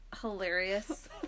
hilarious